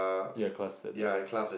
ya cross it